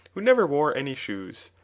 who never wore any shoes,